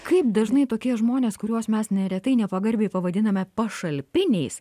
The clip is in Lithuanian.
kaip dažnai tokie žmonės kuriuos mes neretai nepagarbiai pavadiname pašalpiniais